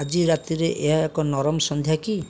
ଆଜି ରାତିରେ ଏହା ଏକ ନରମ ସନ୍ଧ୍ୟା କି